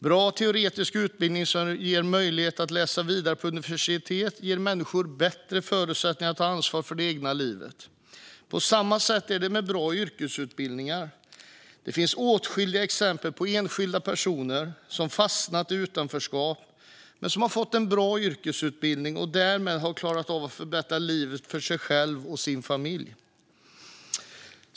Bra teoretiska utbildningar som ger möjlighet att läsa vidare på universitet ger människor bättre förutsättningar att ta ansvar för det egna livet. På samma sätt är det med bra yrkesutbildningar. Det finns åtskilliga exempel på enskilda personer som fastnat i utanförskap men som har fått en bra yrkesutbildning och därmed klarat av att förbättra livet för sig själva och sina familjer.